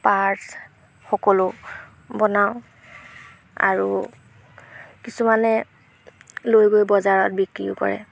purse সকলো বনাওঁ আৰু কিছুমানে লৈ গৈ বজাৰত বিক্ৰীও কৰে